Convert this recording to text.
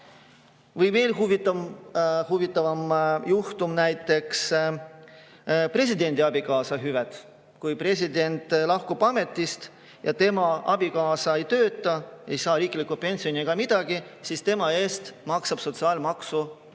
veel huvitavam juhtum, presidendi abikaasa hüved. Kui president lahkub ametist ja tema abikaasa ei tööta, ei saa riiklikku pensioni ega midagi, siis tema eest maksab sotsiaalmaksu